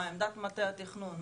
מה עמדת מטה התכנון,